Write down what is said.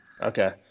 Okay